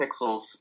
pixels